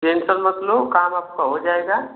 tension मत लो काम आपका हो जाएगा